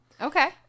Okay